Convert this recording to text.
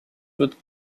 with